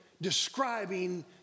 Describing